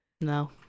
No